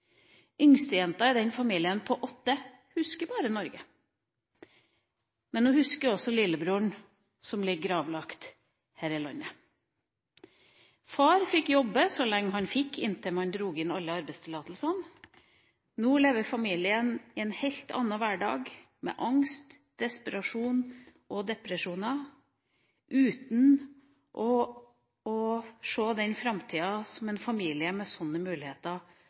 Yngstejenta i den familien, på åtte år, husker bare Norge. Men hun husker også lillebroren som ligger gravlagt her i landet. Far fikk jobbe så lenge han fikk lov til det, inntil man trakk tilbake alle arbeidstillatelsene. Nå lever familien i en helt annen hverdag, med angst, desperasjon og depresjoner, uten å se den framtida som en familie med sånne muligheter